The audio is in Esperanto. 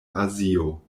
azio